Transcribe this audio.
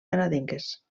canadenques